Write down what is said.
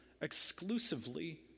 exclusively